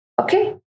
Okay